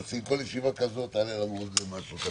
כל ישיבה כזאת תעלה לנו עוד משהו קטן...